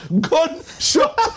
gunshot